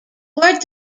word